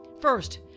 First